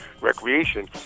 recreation